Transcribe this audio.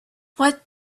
what